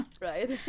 Right